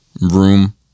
room